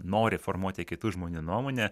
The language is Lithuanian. nori formuoti kitų žmonių nuomonę